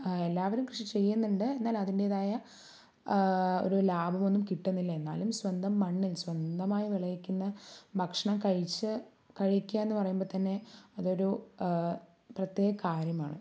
എല്ലാവരും കൃഷി ചെയ്യുന്നുണ്ട് എന്നാല് അതിന്റേതായ ഒരു ലാഭമൊന്നും കിട്ടുന്നില്ല എന്നാലും സ്വന്തം മണ്ണ് സ്വന്തമായി വിളയിക്കുന്ന ഭക്ഷണം കഴിച്ച് കഴിക്കുക എന്ന് പറയുമ്പോൾ തന്നെ അതൊരു പ്രത്യേക കാര്യമാണ്